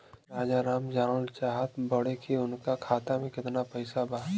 राजाराम जानल चाहत बड़े की उनका खाता में कितना पैसा बा?